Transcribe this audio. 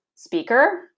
speaker